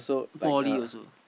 poly also